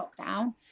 lockdown